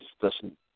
discussion